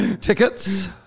Tickets